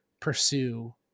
pursue